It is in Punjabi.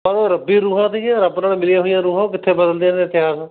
ਪਰ ਉਹ ਰੱਬੀ ਰੂਹਾਂ ਸੀਗੀਆਂ ਰੱਬ ਨਾਲ ਮਿਲੀਆਂ ਹੋਈਆਂ ਰੂਹਾਂ ਉਹ ਕਿੱਥੇ ਬਦਲਦੀਆਂ ਨੇ ਇਤਿਹਾਸ